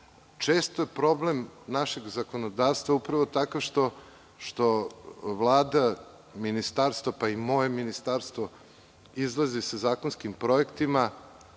problem našeg zakonodavstva je upravo takav što Vlada, ministarstva, pa i moje ministarstvo, izlazi sa zakonskim projektima